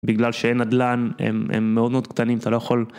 בגלל שאין נדל"ן, הם מאוד מאוד קטנים, אתה לא יכול.